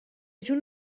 جون